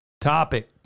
topic